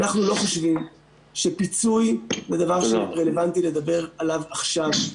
אנחנו לא חושבים שפיצוי זה דבר שרלוונטי לדבר עליו עכשיו.